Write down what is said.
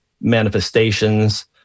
manifestations